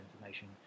information